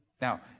Now